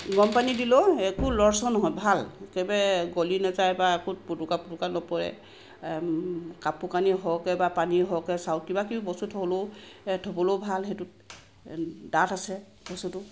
গৰম পানীত দিলেও একো লৰচৰ নহয় ভাল একেবাৰে গলি নাযায় বা একো পোটোকা পোটোকা নপৰে কাপোৰ কানি হওকে বা পানী হওকে চাওক কিবা কিবি বস্তু থলেও থবলেও ভাল সেইটোত ডাঠ আছে বস্তুটো